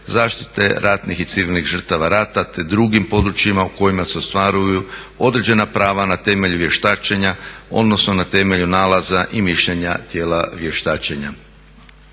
zaštite ratnih i civilnih žrtava rata te drugim područjima u kojima se ostvaruju određena prava na temelju vještačenja odnosno na temelju nalaza i mišljenja tijela vještačenja.